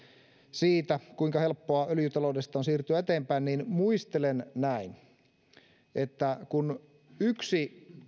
siitä kuinka helppoa öljytaloudesta on siirtyä eteenpäin muistelen näin kun yksi